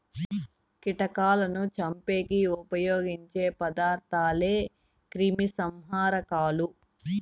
కీటకాలను చంపేకి ఉపయోగించే పదార్థాలే క్రిమిసంహారకాలు